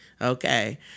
okay